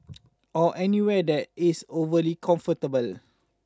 or anywhere that is overly comfortable